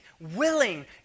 willing